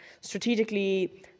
strategically